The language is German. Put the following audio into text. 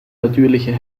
natürliche